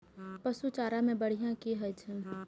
पशु चारा मैं बढ़िया की होय छै?